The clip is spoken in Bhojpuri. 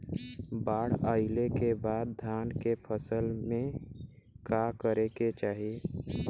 बाढ़ आइले के बाद धान के फसल में का करे के चाही?